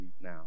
now